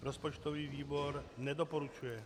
Rozpočtový výbor nedoporučuje.